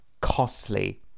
costly